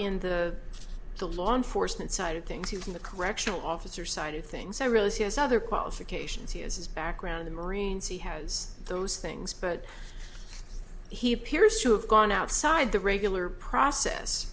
in the the law enforcement side of things he was in the correctional officer side of things i realize he has other qualifications he has his background the marines he has those things but he appears to have gone outside the regular process